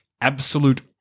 absolute